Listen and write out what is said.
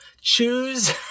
choose